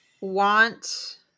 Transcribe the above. Want